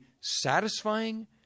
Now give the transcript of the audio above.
satisfying